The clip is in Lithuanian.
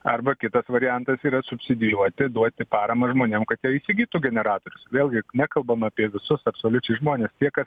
arba kitas variantas yra subsidijuoti duoti paramą žmonėm kad jie įsigytų generatorius vėlgi nekalbam apie visus absoliučiai žmones tie kas